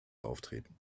auftreten